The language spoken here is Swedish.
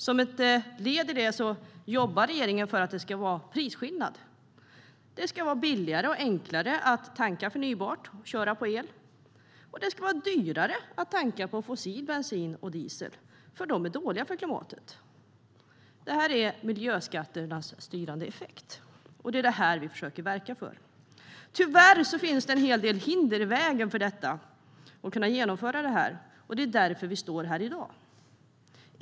Som ett led i det jobbar regeringen för att det ska finnas en prisskillnad. Det ska vara billigare och enklare att tanka förnybart och köra på el, och det ska vara dyrare att tanka på fossil bensin och diesel eftersom det är dåligt för klimatet. Detta är miljöskatternas styrande effekt, och det är det vi försöker verka för. Tyvärr finns det en hel del hinder för att kunna genomföra detta, och det är därför vi står här i dag.